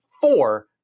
four